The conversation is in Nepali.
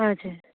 हजुर